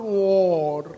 war